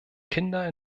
kinder